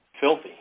filthy